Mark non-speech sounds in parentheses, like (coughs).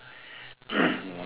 (coughs)